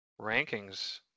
rankings